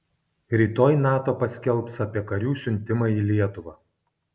rytoj nato paskelbs apie karių siuntimą į lietuvą